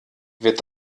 wird